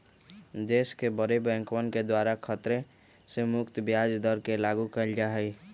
देश के बडे बैंकवन के द्वारा खतरे से मुक्त ब्याज दर के लागू कइल जा हई